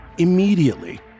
Immediately